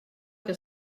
que